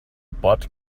bought